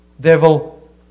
Devil